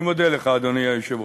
אני מודה לך, אדוני היושב-ראש.